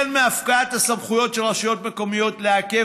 מהפקעת הסמכויות של רשויות מקומיות לעכב